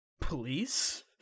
police